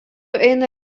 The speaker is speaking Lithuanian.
eina